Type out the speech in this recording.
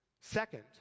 Second